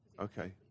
Okay